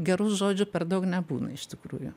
gerų žodžių per daug nebūna iš tikrųjų